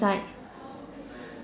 might